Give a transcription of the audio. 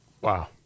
Wow